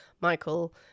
Michael